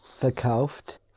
verkauft